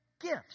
gifts